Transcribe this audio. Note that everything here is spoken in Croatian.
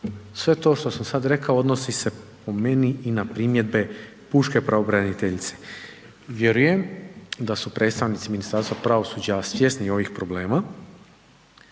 Sve to što sam sada rekao donosi se po meni i na primjedbe pučke pravobraniteljice. Vjerujem da su predstavnici Ministarstva pravosuđa svjesni ovih problema